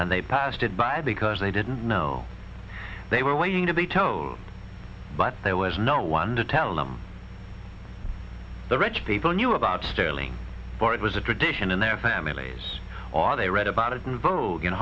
and they passed it by because they didn't know they were waiting to be told but there was no one to tell them the rich people knew about sterling for it was a tradition in their families or they read about it in vogue